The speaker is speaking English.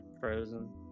frozen